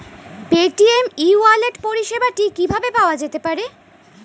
Paytm e wallet পরিষেবাটি কিভাবে পাওয়া যেতে পারে?